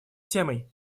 темой